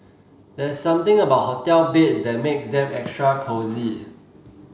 there's something about hotel beds that makes them extra cosy